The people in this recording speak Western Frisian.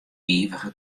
ivige